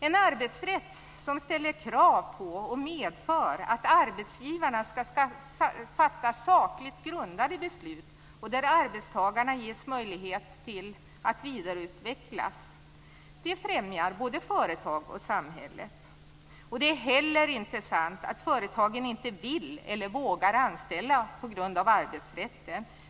En arbetsrätt som ställer krav på och medför att arbetsgivarna skall fatta sakligt grundade beslut och där arbetstagarna ges möjlighet att vidareutvecklas främjar både företag och samhälle. Det är inte heller sant att företagen inte vill eller vågar anställa på grund av arbetsrätten.